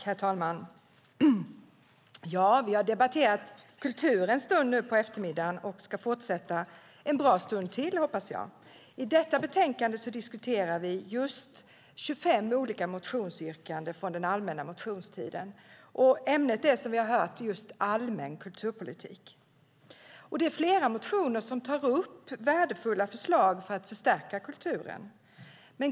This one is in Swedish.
Herr talman! Vi har debatterat kultur en stund nu på eftermiddagen och ska fortsätta en bra stund till, hoppas jag. I det betänkande vi nu diskuterar behandlas 25 motionsyrkanden från allmänna motionstiden, och ämnet är, som vi har hört, just allmän kulturpolitik. Flera motioner tar upp värdefulla förslag för att förstärka kulturen.